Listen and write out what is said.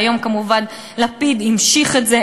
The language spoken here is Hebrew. והיום כמובן לפיד המשיך את זה.